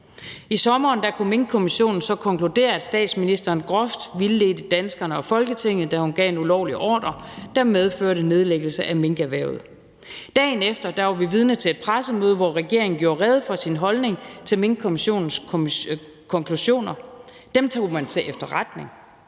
I sommeren kunne Minkkommissionen så konkludere, at statsministeren groft vildledte danskerne og Folketinget, da hun gav en ulovlig ordre, der medførte en nedlæggelse af minkerhvervet. Dagen efter var vi vidne til et pressemøde, hvor regeringen gjorde rede for sin holdning til Minkkommissionens konklusioner. Dem tog man til efterretning.